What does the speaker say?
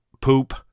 poop